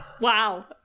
Wow